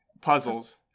puzzles